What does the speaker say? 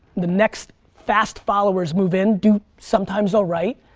the next fast followers move in, do sometimes alright.